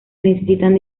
necesitan